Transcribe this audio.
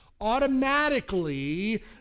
automatically